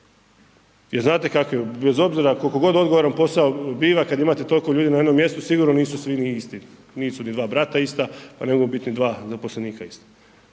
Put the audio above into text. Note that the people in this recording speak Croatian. jer znate kako je, bez obzira kolko god odgovoran posao biva kad imate toliko ljudi na jednom mjestu sigurno nisu svi isti, nisu ni dva brata ista, pa ne mogu biti ni dva zaposlenika ista.